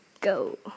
go